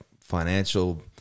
financial